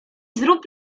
zrób